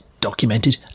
documented